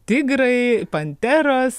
tigrai panteros